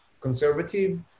conservative